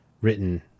written